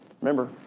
remember